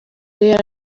yari